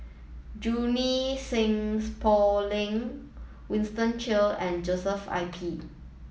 Junie Sng Poh Leng Winston Choo and Joshua I P